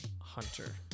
Hunter